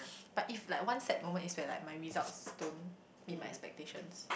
but if like one sad moment is when like my results don't meet my expectations